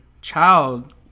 child